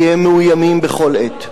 כי הם מאוימים בכל עת.